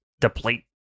deplete